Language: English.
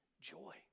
joy